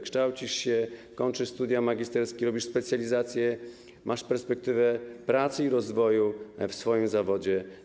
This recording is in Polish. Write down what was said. Kształcisz się, kończysz studia magisterskie, robisz specjalizację, masz perspektywę pracy i rozwoju w swoim zawodzie.